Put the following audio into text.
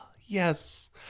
yes